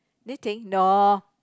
dating no